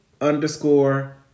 underscore